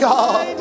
God